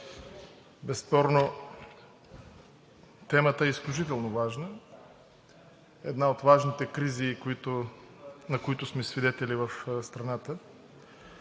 Безспорно темата е изключително важна – една от важните кризи, на които сме свидетели в страната,